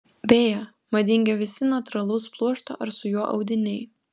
beje madingi visi natūralaus pluošto ar su juo audiniai